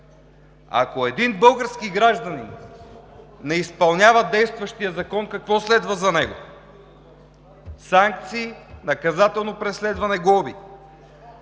Ако един български гражданин не изпълнява действащия закон, какво следва за него? Санкции, наказателно преследване, глоби,